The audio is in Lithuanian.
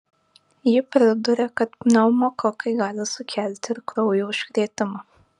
ji priduria kad pneumokokai gali sukelti ir kraujo užkrėtimą